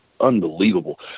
unbelievable